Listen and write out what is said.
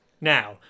Now